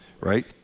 right